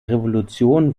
revolution